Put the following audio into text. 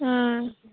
ஆ